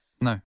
No